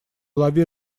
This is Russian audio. лови